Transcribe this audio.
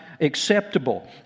acceptable